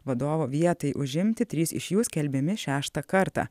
vadovo vietai užimti trys iš jų skelbiami šeštą kartą